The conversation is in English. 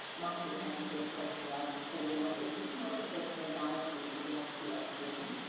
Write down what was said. monks who happen to have just arrived in philadelphia, would you mind if they came by to bless the exhibition?